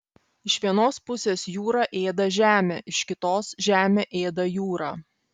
iš vienos pusės jūra ėda žemę iš kitos žemė ėda jūrą